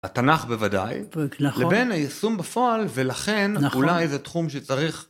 התנ״ך בוודאי, לבין היישום בפועל ולכן אולי זה תחום שצריך...